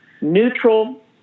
neutral